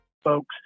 Folks